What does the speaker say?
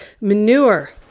manure